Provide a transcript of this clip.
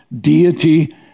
deity